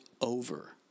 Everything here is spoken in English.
over